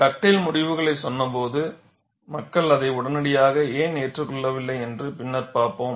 Dugdale முடிவுகளைப் சொன்ன போது மக்கள் அதை உடனடியாக ஏன் ஏற்றுக்கொள்ளவில்லை என்று பின்னர் பார்ப்போம்